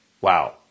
Wow